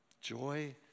Joy